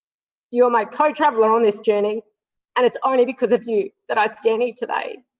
you are my co-traveller on this journey and it's only because of you that i stand here today.